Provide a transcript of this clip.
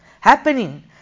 happening